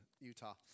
Utah